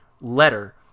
letter